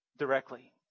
Directly